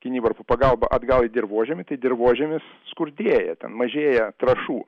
kinivarpų pagalba atgal į dirvožemį tai dirvožemis skurdėja ten mažėja trąšų